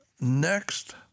Next